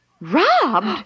Robbed